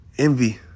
Envy